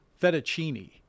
fettuccine